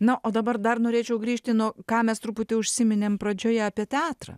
na o dabar dar norėčiau grįžti nuo ką mes truputį užsiminėm pradžioje apie teatrą